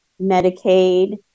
Medicaid